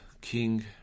King